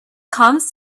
comes